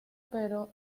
pero